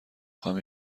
خواهم